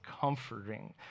comforting